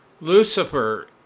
Lucifer